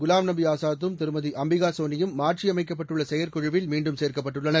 குலாம் நபி ஆசாத்தும் திருமதி அம்பிகா சோனியும் மாற்றியமைக்கப்பட்டுள்ள செயற்குழுவில் மீண்டும் சேர்க்கப்பட்டுள்ளனர்